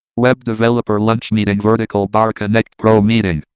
web developer lunch meeting. vertical bar connect. grow meeting.